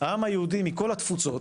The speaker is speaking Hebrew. העם היהודי מכל התפוצות,